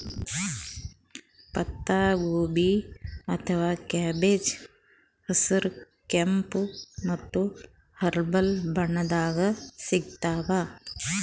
ಪತ್ತಾಗೋಬಿ ಅಥವಾ ಕ್ಯಾಬೆಜ್ ಹಸ್ರ್, ಕೆಂಪ್ ಮತ್ತ್ ಪರ್ಪಲ್ ಬಣ್ಣದಾಗ್ ಸಿಗ್ತಾವ್